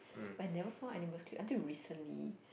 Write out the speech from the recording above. but I never found animal cute until recently